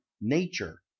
nature